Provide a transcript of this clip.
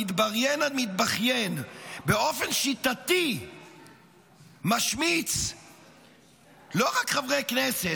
המתבריין המתבכיין באופן שיטתי משמיץ לא רק חברי כנסת,